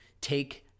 take